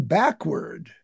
backward